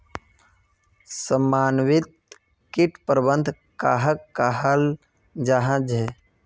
समन्वित किट प्रबंधन कहाक कहाल जाहा झे?